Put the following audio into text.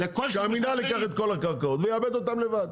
שהמינהל ייקח את כל הקרקעות ויעבד אותן לבד.